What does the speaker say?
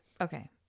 Okay